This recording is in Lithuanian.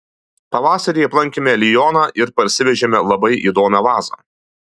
pavasarį aplankėme lioną ir parsivežėme labai įdomią vazą